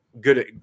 Good